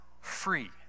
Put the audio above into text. free